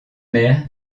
mer